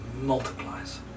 multiplies